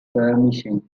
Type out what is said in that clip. skirmishing